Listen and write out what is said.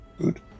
Good